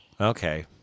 Okay